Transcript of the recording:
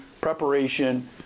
preparation